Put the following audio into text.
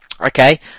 Okay